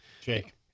Jake